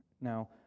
Now